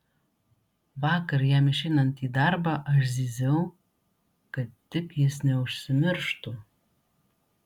vakar jam išeinant į darbą aš zyziau kad tik jis neužsimirštų